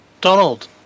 Donald